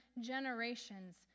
generations